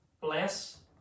bless